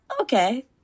Okay